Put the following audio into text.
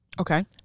okay